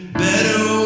better